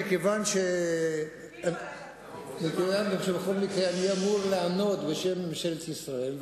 מכיוון שבכל מקרה אני אמור לענות בשם ממשלת ישראל,